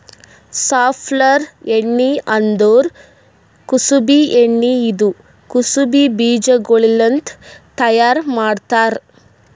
safflower ಎಣ್ಣಿ ಅಂದುರ್ ಕುಸುಬಿ ಎಣ್ಣಿ ಇದು ಕುಸುಬಿ ಬೀಜಗೊಳ್ಲಿಂತ್ ತೈಯಾರ್ ಮಾಡ್ತಾರ್